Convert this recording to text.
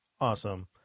awesome